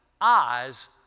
eyes